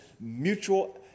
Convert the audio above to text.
mutual